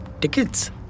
Tickets